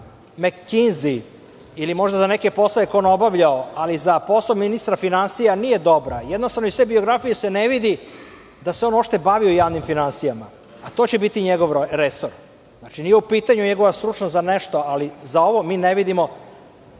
za Mekinzi ili možda za neke poslove koje je on obavljao, ali za poslove ministra finansija nije dobra. Jednostavno, iz te biografije se ne vidi da se on uopšte bavio javnim finansijama, a to će biti njegov resor. Znači, nije u pitanju njegova stručnost za nešto, ali za ovo mi ne vidimo